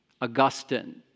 Augustine